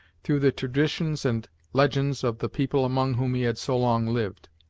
through the traditions and legends of the people among whom he had so long lived.